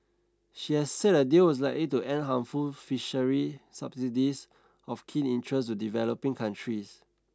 she has said a deal was likely to end harmful fisheries subsidies of keen interest to developing countries